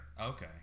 Okay